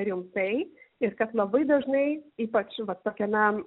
rimtai ir kad labai dažnai ypač vat tokiame